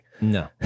No